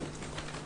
לא.